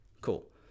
Cool